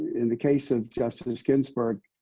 in the case of justice ginsburg,